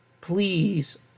please